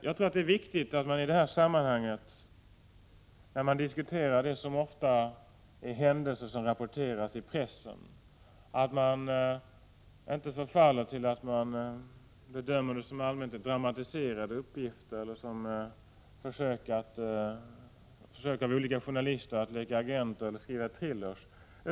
Jag tror att det är viktigt att man, när man diskuterar händelser som ofta rapporteras i pressen, inte förfaller till att bedöma dem som allmänt dramatiserade uppgifter, som försök av olika journalister att leka agenter eller att skriva thrillers.